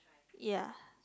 ya